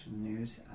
news